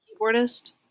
keyboardist